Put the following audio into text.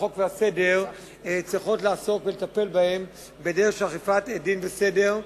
החוק והסדר צריכות לעסוק ולטפל בהם בדרך של אכיפת דין וסדר,